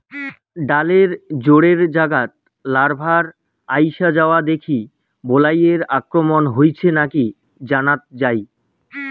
ডালের জোড়ের জাগাত লার্ভার আইসা যাওয়া দেখি বালাইয়ের আক্রমণ হইছে নাকি জানাত যাই